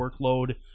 workload